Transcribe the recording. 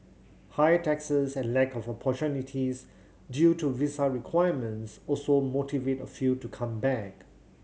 high taxes and lack of opportunities due to visa requirements also motivate a few to come back